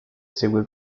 segue